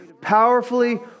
powerfully